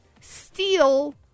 steal